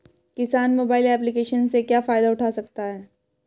किसान mobile application से क्या फायदा उठा सकता है?